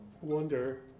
wonder